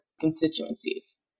constituencies